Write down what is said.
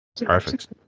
Perfect